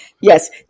Yes